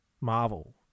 Marvel